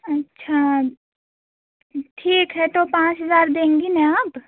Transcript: अच्छा ठीक है तो पाँच हज़ार देंगी ना आप